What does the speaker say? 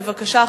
בבקשה,